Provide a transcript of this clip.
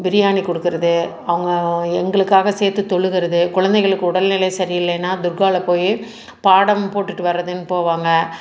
பிரியாணி கொடுக்குறது அவங்க எங்களுக்காக சேர்த்து தொழுகிறது குழந்தைகளுக்கு உடல்நிலை சரி இல்லைனா தர்கால போய் பாடம் போட்டுட்டு வருதுன்னு போவாங்க